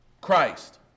Christ